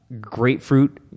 grapefruit